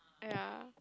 ya